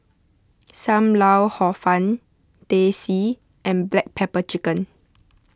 Sam Lau Hor Fun Teh C and Black Pepper Chicken